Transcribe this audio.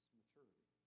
maturity